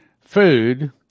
Food